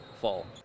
fall